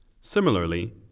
Similarly